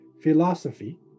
philosophy